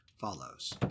follows